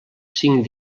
cinc